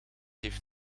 heeft